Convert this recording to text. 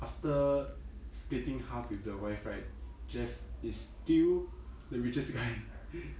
after splitting half with the wife right jeff is still the richest guy